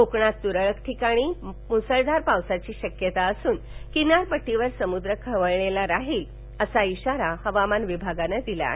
कोकणात तुरळक ठिकाणी मुसळधार पावसाची शक्यता असून किनारपट्टीवर समुद्र खवळलेला राहील असा इशारा हवामान विभागानं दिला आहे